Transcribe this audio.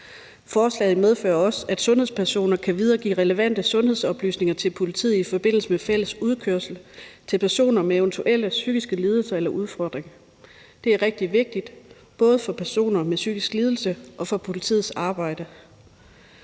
Forslaget medfører også, at sundhedspersoner kan videregive relevante sundhedsoplysninger til politiet i forbindelse med fælles udkørsel til personer med eventuelle psykiske lidelser eller udfordringer. Det er rigtig vigtigt, både for personer med psykisk lidelse og for politiets arbejde.